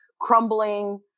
crumbling